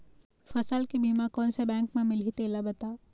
फसल के बीमा कोन से बैंक म मिलही तेला बता?